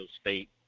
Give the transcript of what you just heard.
State